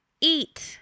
Eat